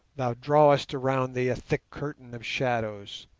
thou drawest around thee a thick curtain of shadows.